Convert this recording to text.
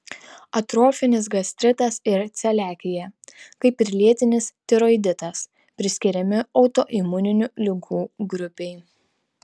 atrofinis gastritas ir celiakija kaip ir lėtinis tiroiditas priskiriami autoimuninių ligų grupei